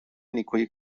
نیکویی